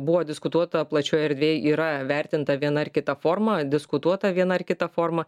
buvo diskutuota plačioj erdvėj yra vertinta viena ar kita forma diskutuota viena ar kita forma